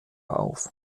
auf